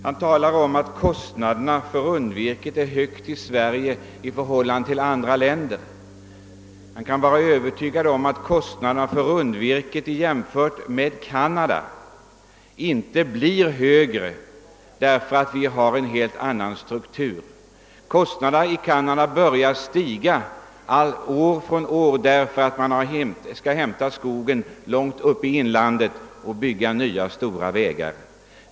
Herr Lindberg gör gällande att kostnaderna för rundvirket är höga i Sverige i förhållande till vad som gäller i andra länder. Han kan emellertid vara övertygad om att våra kostnader för rundvirket inte blir högre än t.ex. i Canada, eftersom vårt skogsbruk har en helt annan struktur. Kostnaderna i Canada stiger mer och mer för varje år, allteftersom man där allt efter hand hämtar virke från inlandet och för detta ändamål måste bygga nya stora vägar.